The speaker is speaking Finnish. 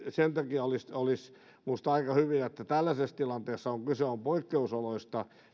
sen takia olisi olisi minusta aika hyvä että tällaisessa tilanteessa kun kyse on poikkeusoloista